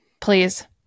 Please